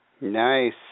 Nice